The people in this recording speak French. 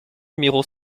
numéro